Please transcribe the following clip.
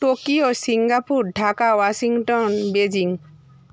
Tokyo Singapore Dhaka Washington Beijing